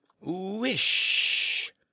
wish